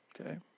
okay